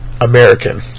American